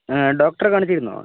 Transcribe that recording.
ഡോക്ടറെ കാണിച്ചിരുന്നോ